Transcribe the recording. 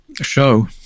show